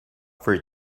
for